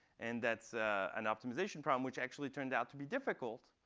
and that's an optimization problem, which actually turned out to be difficult.